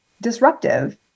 disruptive